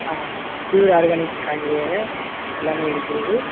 ஆமாங்க pure organic காய்கறி தாங்க எல்லாமே இருக்கிறது